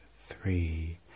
three